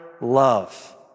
love